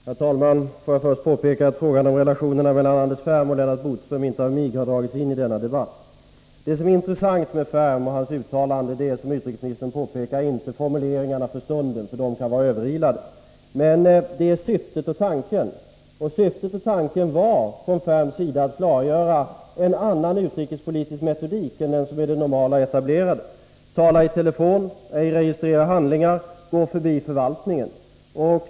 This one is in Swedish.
Herr talman! Jag vill först påpeka att frågan om relationerna mellan Anders Ferm och Lennart Bodström inte av mig har dragits in i denna debatt. Det intressanta med Anders Ferm och hans uttalande är, som utrikesministern påpekar, inte formuleringarna för stunden, eftersom de kan vara överilade, utan det är syftet och tanken. Och syftet och tanken från Anders Ferms sida var att klargöra en annan utrikespolitisk metodik än den som är den normala och etablerade: att tala i telefon, inte registrera handlingar, gå förbi förvaltningen.